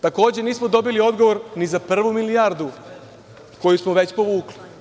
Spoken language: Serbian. Takođe, nismo dobili odgovor ni za prvu milijardu koju smo već povukli.